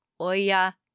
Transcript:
Oya